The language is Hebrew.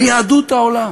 מיהדות העולם.